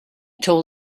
told